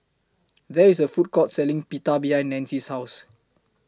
There IS A Food Court Selling Pita behind Nanci's House